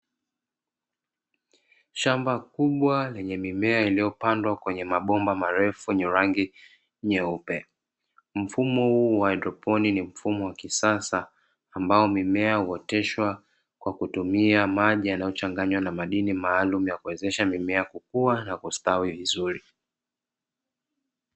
Shamba kubwa lenye mimea iliyopandwa kwenye mabomba marefu yenye rangi nyeupe, mfumo wa haidroponi ni mfumo wa kisasa ambao mimea huoteshwa kwa kutumia maji yanayochanganywa na madini maalumu ya kuwezesha mimea kukua na kustawi vizuri.